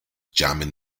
jamming